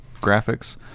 graphics